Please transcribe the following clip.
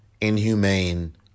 inhumane